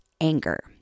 anger